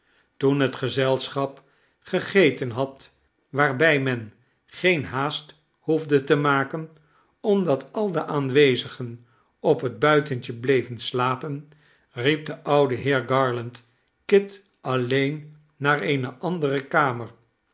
toen het gezelschap gegeten had waarbij men geen haast behoefde te maken omdat al de aanwezigen op het buitentje bleven slapen riep de oude heer garland kit alleen naar eene andere kamer